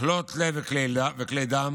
מחלות לב וכלי דם,